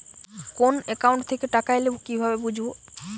কোন একাউন্ট থেকে টাকা এল কিভাবে বুঝব?